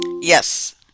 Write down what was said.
Yes